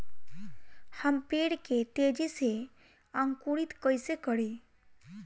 हम पेड़ के तेजी से अंकुरित कईसे करि?